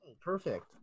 Perfect